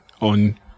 on